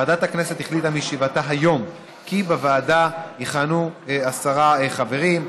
ועדת הכנסת החליטה בישיבתה היום כי בוועדה יכהנו עשרה חברים,